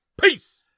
Peace